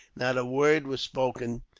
not a word was spoken,